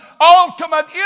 ultimate